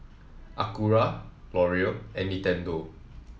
Acura L'Oreal and Nintendo